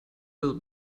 will